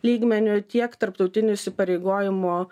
lygmeniu tiek tarptautinių įsipareigojimų